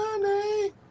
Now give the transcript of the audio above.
Money